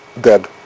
dead